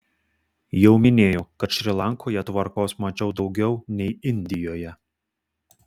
jau minėjau kad šri lankoje tvarkos mačiau daugiau nei indijoje